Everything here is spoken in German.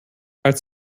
als